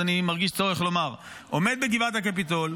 אני מרגיש צורך לומר: הוא עומד בגבעת הקפיטול,